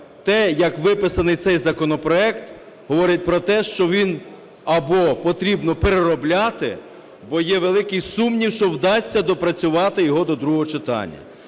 те, як виписаний цей законопроект говорить про те, що або потрібно переробляти, бо є великий сумнів, що вдасться доопрацювати його до другого читання.